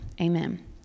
Amen